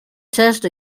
test